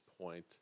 point